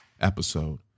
episode